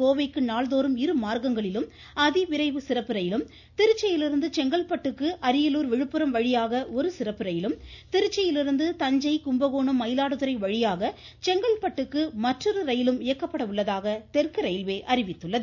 கோவைக்கு நாள்தோறும் இரு மார்க்கங்களிலும் அதிவிரைவு சிறப்பு ரயிலும் திருச்சியிலிருந்து செங்கல்பட்டுக்கு அரியலூர் விழுப்புரம் வழியாக ஒரு சிறப்பு ரயிலும் திருச்சியிலிருந்து தஞ்சை கும்பகோணம் மயிலாடுதுறை வழியாக செங்கல்பட்டு க்கு மற்றொரு ரயிலும் இயக்கப்பட உள்ளதாக தெற்கு ரயில்வே அறிவித்துள்ளது